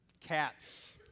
Cats